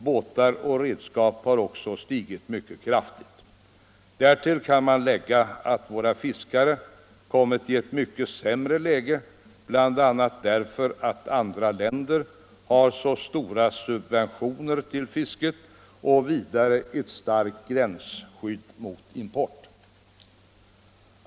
Båtar och redskap har också stigit mycket kraftigt i pris. Därtill kan man lägga att våra fiskare kommit i ett mycket sämre läge bl.a. därför att andra länder ger så stora subventioner till fisket och har ett starkt gränsskydd mot import.